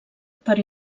per